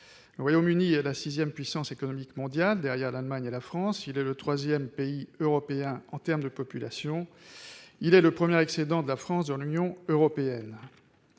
Le Royaume-Uni est la sixième puissance économique mondiale ; derrière l'Allemagne et la France, il est le troisième pays européen en termes de population, et il représente le premier excédent commercial de la France au sein de l'Union européenne.